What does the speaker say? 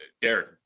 Derek